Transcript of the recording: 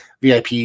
VIP